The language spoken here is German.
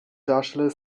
darsteller